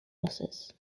losses